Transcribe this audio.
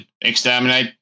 exterminate